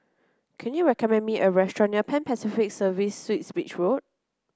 can you recommend me a restaurant near Pan Pacific Service Suites Beach Road